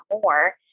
more